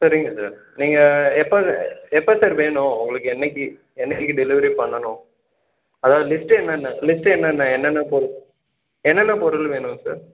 சரிங்க சார் நீங்கள் எப்போ சா எப்போ சார் வேணும் உங்களுக்கு என்னக்கு என்னக்கு டெலிவரி பண்ணணும் அதான் லிஸ்ட்டு என்னென்ன லிஸ்ட்டு என்னென்ன என்னென்ன பொருள் என்னென்ன பொருள் வேணும் சார்